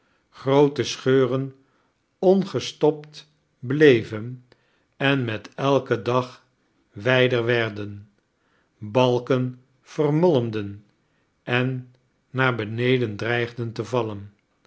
groote scheuren ongestopt bleven en met elken dag wijder werden balken vermolmdten en naar beneden dredgden te vallen